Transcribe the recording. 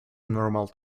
normal